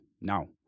Now